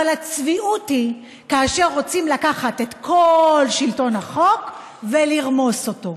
אבל הצביעות היא כאשר רוצים לקחת את כל שלטון החוק ולרמוס אותו.